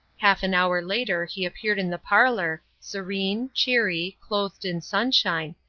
half an hour later he appeared in the parlor, serene, cheery, clothed in sunshine,